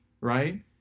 right